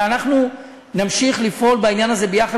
ואנחנו נמשיך לפעול בעניין הזה יחד,